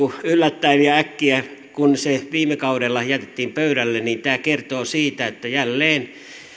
yllättäen ja äkkiä kun se viime kaudella jätettiin pöydälle kertoo siitä että jälleen